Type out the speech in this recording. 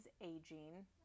aging